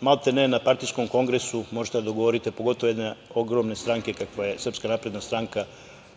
maltene na partijskom kongresu možete da dogovorite, pogotovo jedne ogromne stranke kakva je SNS, kako